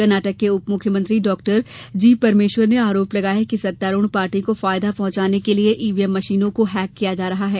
कर्नाटक के उप मुख्यमंत्री डॉ जी परमेश्वर ने आरोप लगाया कि सत्तारूढ़ पार्टी को फायदा पहंचाने के लिए ईवीएम मशीनों को हैक किया जा रहा है